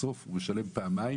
בסוף הוא משלם פעמיים